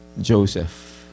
Joseph